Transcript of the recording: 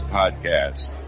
podcast